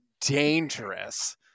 dangerous